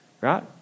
right